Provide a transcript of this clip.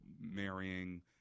marrying